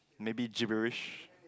maybe gibberish